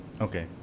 Okay